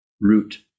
root